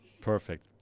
Perfect